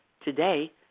today